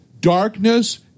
Darkness